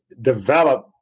develop